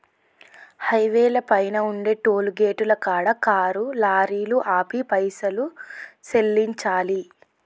హైవేల పైన ఉండే టోలుగేటుల కాడ కారు లారీలు ఆపి పైసలు సెల్లించాలి